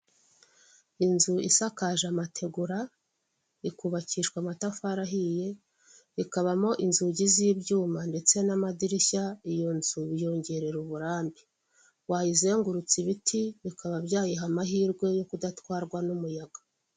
Inzu isakaje amategura, ikubakishwa amatafari ahiye, ikabamo inzugi z'ibyuma ndetse n'amadirishya, iyo nzu biyongerera uburambe. Wayizengurutsa ibiti bikaba byayiha amahirwe yo kudatwarwa n'umuyaga.